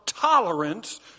tolerance